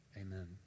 Amen